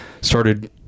started